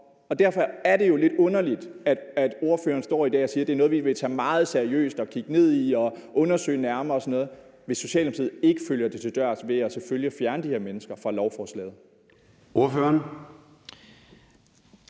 og derfor er det jo lidt underligt, at ordføreren i dag står og siger, at det er noget, man vil tage meget seriøst og kigge ned i og undersøge nærmere og sådan noget, hvis Socialdemokratiet ikke følger det til dørs ved, selvfølgelig, at fjerne de her mennesker fra lovforslaget.